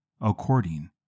according